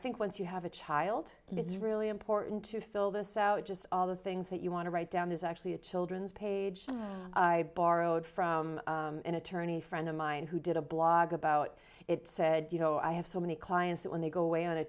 think once you have a child and it's really important to fill this out just all the things that you want to write down there's actually a children's page i borrowed from an attorney friend of mine who did a blog about it said you know i have so many clients that when they go away on a